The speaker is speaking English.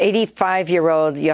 85-year-old